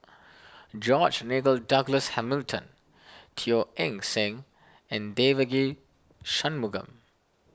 George Nigel Douglas Hamilton Teo Eng Seng and Devagi Sanmugam